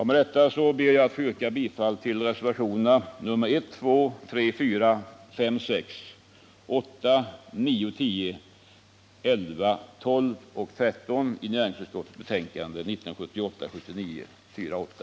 Med detta ber jag att få yrka bifall till reservationerna 1,2,3,4,5,6, 8,9, 10, 11, 12 och 13 vid näringsutskottets betänkande 1978/79:48.